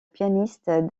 pianiste